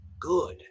good